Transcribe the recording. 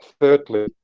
Thirdly